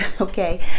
okay